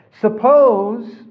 Suppose